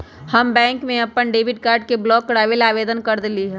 हम बैंक में अपन डेबिट कार्ड ब्लॉक करवावे ला आवेदन कर देली है